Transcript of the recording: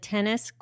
Tennis